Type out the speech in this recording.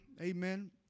Amen